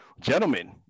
gentlemen